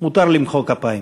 מותר למחוא כפיים.